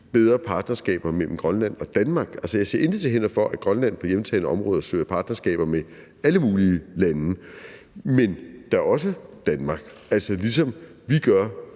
bedre partnerskaber mellem Grønland og Danmark. Jeg ser intet til hinder for, at Grønland kan hjemtage et område og søge partnerskaber med alle mulige lande, men da også Danmark, ligesom vi gør,